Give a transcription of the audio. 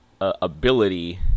ability